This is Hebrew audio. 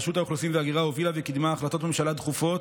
רשות האוכלוסין וההגירה הובילה וקידמה החלטות ממשלה דחופות,